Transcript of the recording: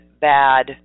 bad